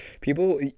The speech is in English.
People